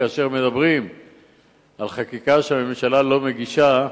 כאשר מדברים על חקיקה שהממשלה לא מגישה,